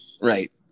Right